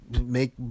make